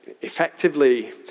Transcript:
effectively